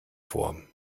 vor